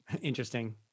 interesting